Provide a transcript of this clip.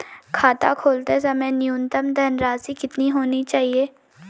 खाता खोलते समय न्यूनतम धनराशि कितनी होनी चाहिए?